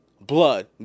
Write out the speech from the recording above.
blood